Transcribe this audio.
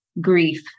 grief